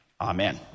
Amen